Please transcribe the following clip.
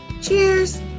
Cheers